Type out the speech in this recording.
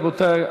רבותי,